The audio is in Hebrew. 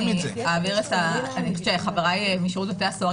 אני אעביר אני חושבת שחבריי משירות בתי הסוהר